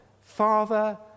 Father